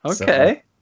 Okay